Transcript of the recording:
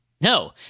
No